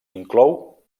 inclou